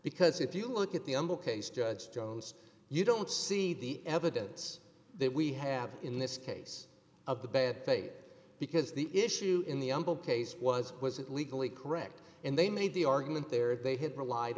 because if you look at the case judge throws you don't see the evidence that we have in this case of the bad faith because the issue in the case was was it legally correct and they made the argument there they had relied